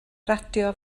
radio